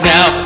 Now